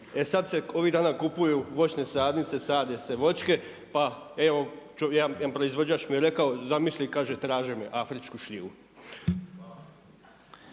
E sada se ovih dana kupuju voćne sadnice, sade se voće pa evo jedan proizvođač mi je rekao, zamisli kaže traže me afričku šljivu.